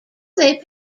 they